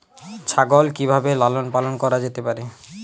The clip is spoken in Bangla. ছাগল কি ভাবে লালন পালন করা যেতে পারে?